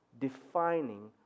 defining